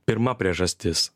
pirma priežastis